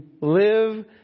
live